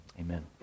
Amen